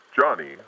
Johnny